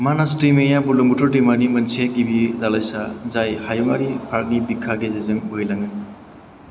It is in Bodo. मानास दैमाया बुरलुंबुथुर दैमानि मोनसे गिबि दालायसा जाय हायुङारि पार्कनि बिखा गेजेरजों बोहैलाङो